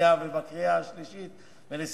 שנייה ובקריאה שלישית בנוסח שאישרה הוועדה.